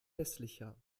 hässlicher